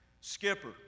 Skipper